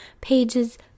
pages